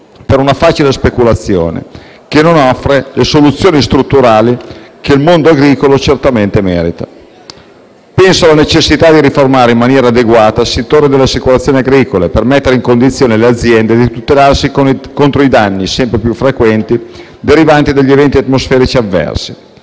per una facile speculazione che non offre le soluzioni strutturali che il mondo agricolo certamente merita. Penso alla necessità di riformare in maniera adeguata il settore delle assicurazioni agricole, per mettere in condizione le aziende di tutelarsi contro i danni sempre più frequenti derivanti dagli eventi atmosferici avversi;